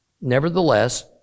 Nevertheless